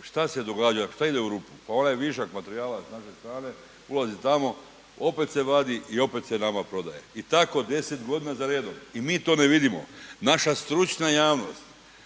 šta se događa, šta ide u rupu, pa onaj višak materijala s naše strane ulazi tamo, opet se vadi i opet se nama prodaje. I tako 10 godina za redom i mi to ne vidimo. Naša stručna javnost,